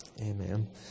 Amen